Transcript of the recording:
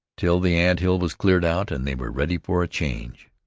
till the ant-hill was cleared out and they were ready for a change.